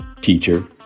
teacher